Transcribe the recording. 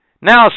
Now